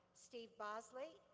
steve bosley,